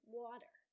water